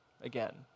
again